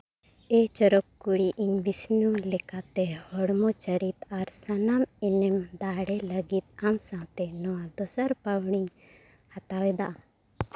ᱮᱹᱭ ᱪᱚᱨᱚᱠ ᱠᱩᱲᱤ ᱤᱧ ᱵᱤᱥᱱᱩ ᱞᱮᱠᱟᱛᱮ ᱦᱚᱲᱢᱚ ᱪᱟᱹᱨᱤᱛ ᱟᱨ ᱥᱟᱱᱟᱢ ᱮᱱᱮᱢ ᱫᱟᱦᱲᱮ ᱞᱟᱹᱜᱤᱫ ᱟᱢ ᱥᱟᱶᱛᱮ ᱱᱚᱣᱟ ᱫᱚᱥᱟᱨ ᱯᱟᱹᱣᱲᱤᱧ ᱦᱟᱛᱟᱣᱮᱫᱟ